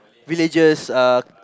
villages uh